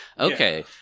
Okay